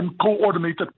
coordinated